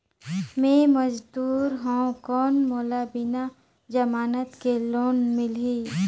मे मजदूर हवं कौन मोला बिना जमानत के लोन मिलही?